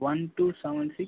one two seven six